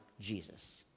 Jesus